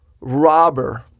robber